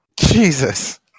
Jesus